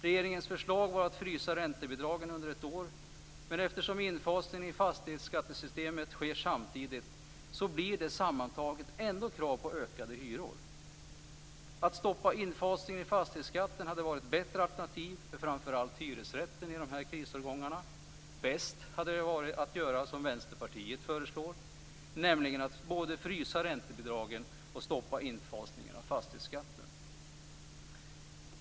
Regeringens förslag var att frysa räntebidragen under ett år, men eftersom infasningen i fastighetsskattesystemet sker samtidigt blir det sammantaget ändå krav på ökade hyror. Att stoppa infasningen i fastighetsskatten hade varit ett bättre alternativ för framför allt hyresrätten i krisårgångarna. Bäst hade varit att göra som Vänsterpartiet föreslår, nämligen att både frysa räntebidragen och stoppa infasningen av fastighetsskatten.